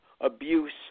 abuse